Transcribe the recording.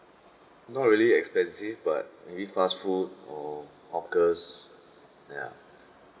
not really expensive but maybe fast food or hawkers ya